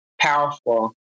Powerful